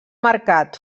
mercat